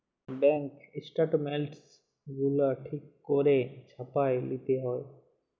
bank statements গুলা ঠিক ক্যইরে ছাপাঁয় লিতে হ্যয়